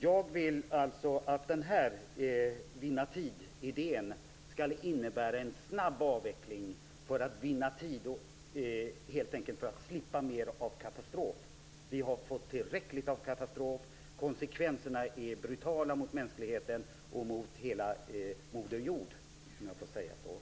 Jag vill alltså att vinna-tid-idén skall innebära en snabb avveckling för att vinna tid och för att helt enkelt slippa mer av katastrofer. Vi har haft tillräckligt med katastrofer. Konsekvenserna är brutala mot mänskligheten och mot hela moder jord.